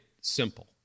simple